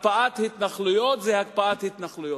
הקפאת התנחלויות זו הקפאת התנחלויות.